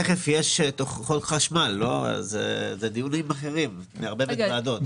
זה דיונים אחרים בוועדות אחרות.